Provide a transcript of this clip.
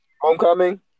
Homecoming